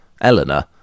eleanor